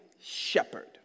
shepherd